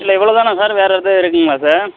இல்லை இவ்வளோதானா சார் வேறு எதுவும் இருக்குதுங்களா சார்